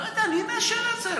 לא יודע, מי מאשר את זה?